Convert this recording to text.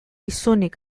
isunik